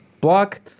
Block